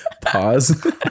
Pause